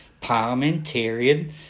parliamentarian